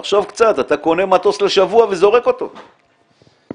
תחשוב קצת, אתה קונה מטוס לשבוע וזורק אותו, למה?